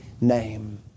name